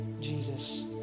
Jesus